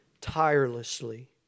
tirelessly